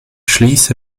schließe